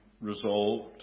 resolved